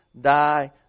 die